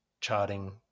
charting